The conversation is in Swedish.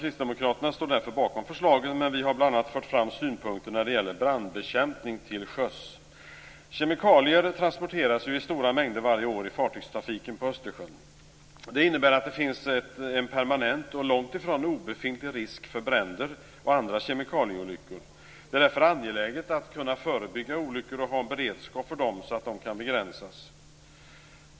Kristdemokraterna står bakom förslagen, men vi har bl.a. fört fram synpunkter när det gäller brandbekämpning till sjöss. Kemikalier transporteras i stora mängder varje år i fartygstrafiken på Östersjön. Det innebär att det finns en permanent och långt ifrån obefintlig risk för bränder och andra kemikalieolyckor. Det är därför angeläget att kunna förebygga olyckor och att ha en beredskap för dem, så att de kan begränsas.